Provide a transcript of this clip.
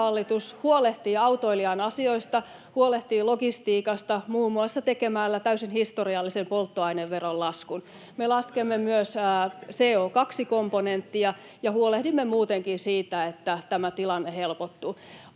huolehtii autoilijan asioista, huolehtii logistiikasta muun muassa tekemällä täysin historiallisen polttoaineveron laskun. [Vasemmalta: Koska näkyy?] Me laskemme myös CO2-komponenttia ja huolehdimme muutenkin siitä, että tämä tilanne helpottuu.